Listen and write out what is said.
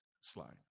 slide